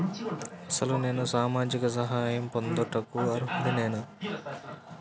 అసలు నేను సామాజిక సహాయం పొందుటకు అర్హుడనేన?